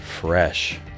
fresh